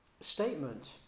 statement